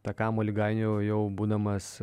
tą kamuolį gainiojau jau būdamas